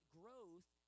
growth